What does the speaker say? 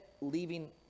leaving